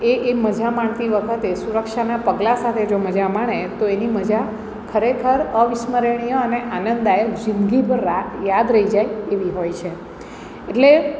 એ એ મજા માણતી વખતે સુરક્ષાનાં પગલાં સાથે જો મજા માણે તો એની મજા ખરેખર અવિસ્મરણીય અને આનંદદાયક જિંંદગીભર યાદ રહી જાય એવી હોય છે એટલે